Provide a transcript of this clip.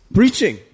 preaching